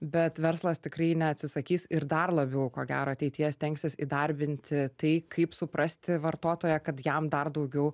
bet verslas tikrai neatsisakys ir dar labiau ko gero ateityje stengsis įdarbinti tai kaip suprasti vartotoją kad jam dar daugiau